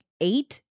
eight